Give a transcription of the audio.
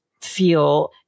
feel